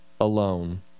alone